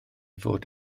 fod